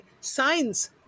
science